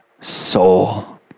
soul